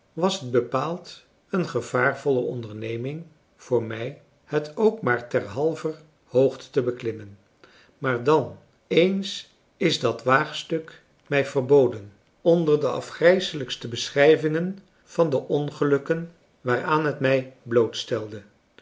was het bepaald een gevaarvolle onderneming voor mij het ook maar ter halver hoogte te beklimmen meer dan eens is dat waagstuk mij verfrançois haverschmidt familie en kennissen boden onder de afgrijselijkste beschrijvingen van de ongelukken waaraan het mij